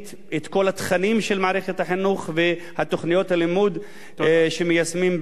החינוך ותוכניות הלימוד שמיישמים בבתי-הספר היהודיים,